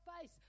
face